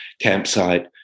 campsite